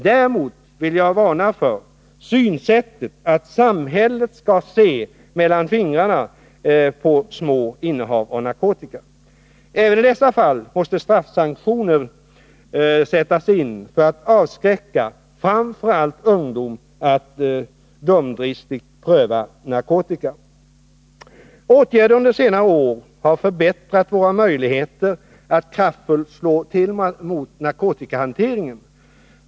Däremot vill jag varna för synsättet att samhället skall se genom fingrarna på små innehav av narkotika. Även i dessa fall måste straffsanktioner sättas in för att avskräcka framför allt ungdom från att av dumdristighet pröva narkotika. Åtgärder under senare år har förbättrat våra möjligheter att kraftfullt slå till mot narkotikahanteringen.